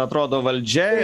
atrodo valdžia